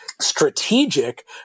strategic